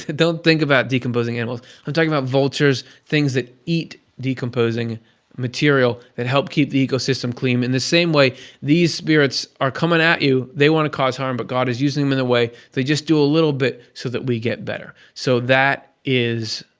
don't think about decomposing animals. i'm talking about vultures, things that eat decomposing material, that help keep the ecosystem clean. in the same way these spirits are coming at you, they want to cause harm but god is using them in a way that they just do a little bit so that we get better. so that is.